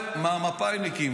מהמפא"יניקים.